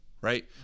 right